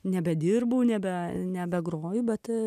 nebedirbu nebe nebegroju bet